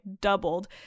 doubled